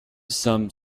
some